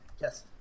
yes